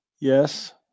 Yes